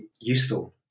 useful